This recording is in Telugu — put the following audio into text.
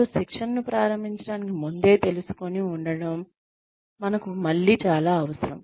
వారు శిక్షణను ప్రారంభించడానికి ముందే తెలుసుకోని ఉంచడం మనకు మళ్ళీ చాలా అవసరం